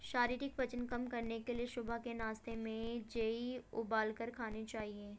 शारीरिक वजन कम करने के लिए सुबह के नाश्ते में जेई उबालकर खाने चाहिए